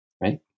right